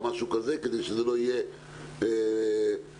כדי שלא יידבקו.